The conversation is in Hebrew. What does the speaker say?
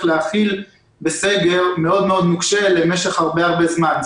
להכיל בסגר מאוד מאוד נוקשה למשך הרבה מאוד זמן.